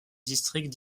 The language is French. district